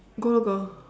go ah go